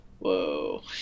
Whoa